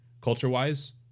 culture-wise